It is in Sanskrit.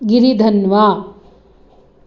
गिरिधन्वा